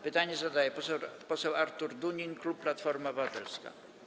Pytanie zadaje poseł Artur Dunin, klub Platforma Obywatelska.